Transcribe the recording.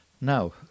Now